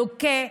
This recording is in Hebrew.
לוקה,